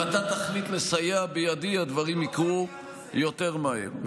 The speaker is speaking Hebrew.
אני בטוח שאם אתה תחליט לסייע בידי הדברים יקרו יותר מהר.